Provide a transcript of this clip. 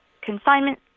consignment